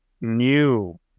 new